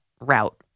route